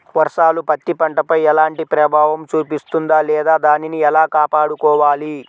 వర్షాలు పత్తి పంటపై ఎలాంటి ప్రభావం చూపిస్తుంద లేదా దానిని ఎలా కాపాడుకోవాలి?